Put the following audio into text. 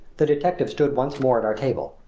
the detective stood once more at our table.